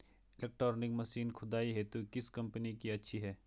Electronic machine खुदाई हेतु किस कंपनी की अच्छी है?